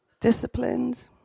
Disciplined